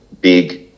big